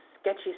sketchy